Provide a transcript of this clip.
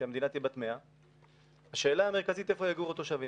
כשהמדינה תהיה בת 100. השאלה המרכזית היא: איפה יגורו התושבים?